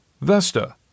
Vesta